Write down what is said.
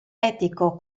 etico